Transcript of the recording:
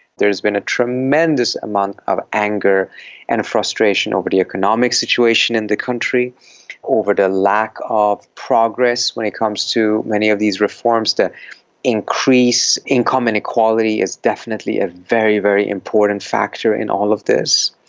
there has been a tremendous amount of anger and frustration over the economic situation in the country over lack of progress when it comes to many of these reforms that increase income and equality is definitely a very, very important factor in all of this.